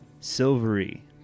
silvery